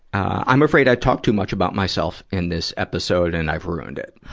i'm afraid i talked too much about myself in this episode and i've ruined it.